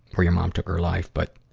where your mom took her life. but,